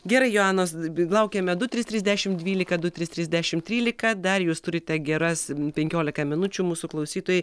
gerai joanos laukiame du trys trys dešimt dvylika du trys trys dešimt trylika dar jūs turite geras penkiolika minučių mūsų klausytojai